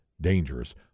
dangerous